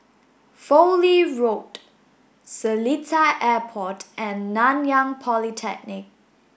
Fowlie Road Seletar Airport and Nanyang Polytechnic